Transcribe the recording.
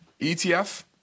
ETF